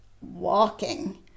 walking